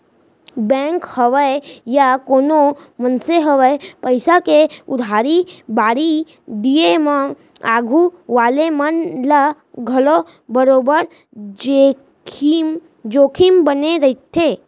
bank होवय या कोनों मनसे होवय पइसा के उधारी बाड़ही दिये म आघू वाले मन ल घलौ बरोबर जोखिम बने रइथे